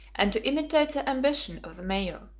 and to imitate the ambition of the mayor.